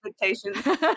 expectations